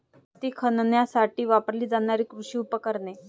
माती खणण्यासाठी वापरली जाणारी कृषी उपकरणे